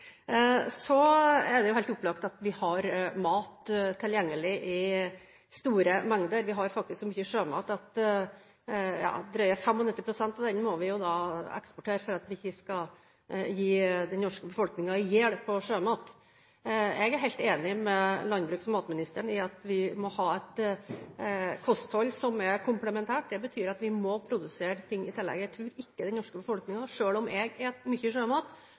Så er det helt opplagt at vi har mat tilgjengelig i store mengder – vi har faktisk så mye sjømat at drøye 95 pst. av den må eksporteres for at vi ikke skal gi den norske befolkningen i hjel på sjømat. Jeg er helt enig med landbruks- og matministeren i at vi må ha et kosthold som er komplementært. Det betyr at vi må produsere ting i tillegg. Jeg tror ikke den norske befolkningen – selv om jeg spiser mye sjømat – vil si at sjømat alene er